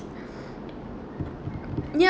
ya